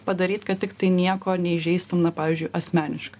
padaryt kad tiktai nieko neįžeistumei na pavyzdžiui asmeniškai